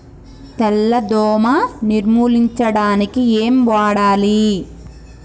తెల్ల దోమ నిర్ములించడానికి ఏం వాడాలి?